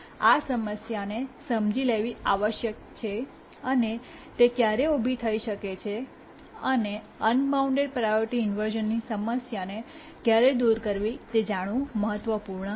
આ સમસ્યાને સમજી લેવી આવશ્યક છે અને તે ક્યારે ઉભી થઈ શકે છે અને અનબાઉન્ડ પ્રાયોરિટી ઇન્વર્શ઼નની સમસ્યાને ક્યારે દૂર કરવી તે જાણવું મહત્વપૂર્ણ છે